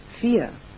fear